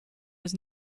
was